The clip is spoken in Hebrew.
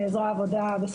בבקשה.